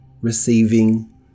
receiving